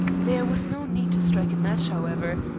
there was no need to strike a match, however,